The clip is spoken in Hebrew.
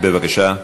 בבקשה.